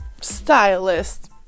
stylist